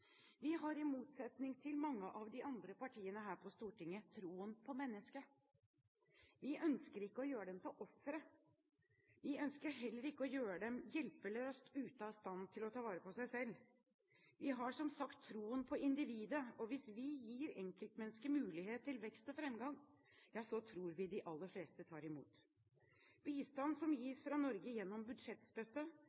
Vi har i motsetning til mange av de andre partiene her på Stortinget troen på mennesket. Vi ønsker ikke å gjøre dem til ofre. Vi ønsker heller ikke å gjøre dem hjelpeløst ute av stand til å ta vare på seg selv. Vi har som sagt troen på individet, og hvis vi gir enkeltmennesket mulighet til vekst og fremgang, ja så tror vi at de aller fleste tar imot. Bistand som